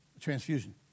Transfusion